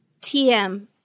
TM